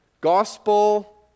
Gospel